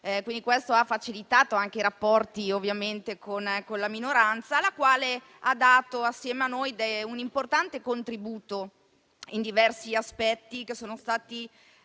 e questo ha facilitato anche i rapporti con la minoranza, la quale ha dato assieme a noi un importante contributo su diversi aspetti che sono stati